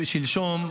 שלשום,